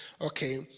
okay